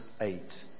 eight